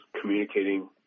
communicating